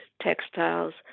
textiles